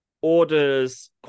orders